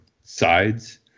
sides